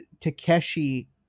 Takeshi